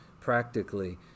practically